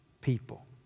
people